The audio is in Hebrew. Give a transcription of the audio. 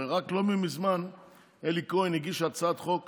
הרי רק לא מזמן אלי כהן הגיש הצעת חוק